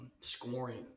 scoring